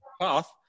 path